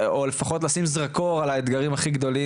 או לפחות לשים זרקור על האתגרים הכי גדולים.